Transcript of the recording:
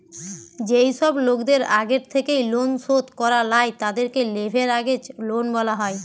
যেই সব লোকদের আগের থেকেই লোন শোধ করা লাই, তাদেরকে লেভেরাগেজ লোন বলা হয়